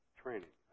training